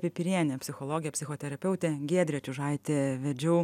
pipirienė psichologė psichoterapeutė giedrė čiužaitė vedžiau